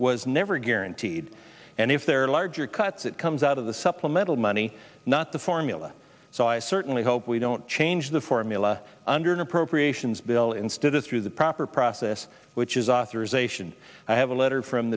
was never guaranteed and if there are larger cuts it comes out of the supplemental money not the formula so i certainly hope we don't change the formula under an appropriations bill instead of through the proper process which is authorization i have a letter from